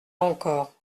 encore